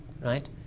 Right